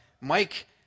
Mike